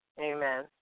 amen